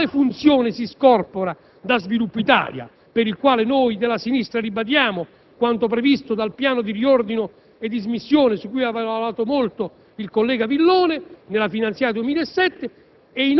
quale funzione si scorpora da Sviluppo Italia. A questo proposito ribadiamo quanto previsto dal piano di riordino e dismissione, su cui aveva lavorato molto il collega Villone nella finanziaria 2007;